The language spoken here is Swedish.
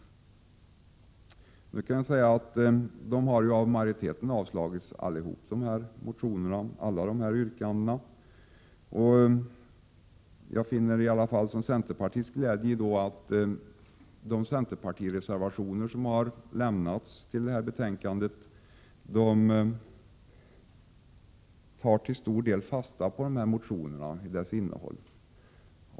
Alla dessa motioner och yrkanden har blivit avstyrkta av utskottsmajoriteten. Jag finner dock som centerpartist glädje i att de centerpartireservationer som fogats till betänkandet till stor del tar fasta på motionernas innehåll.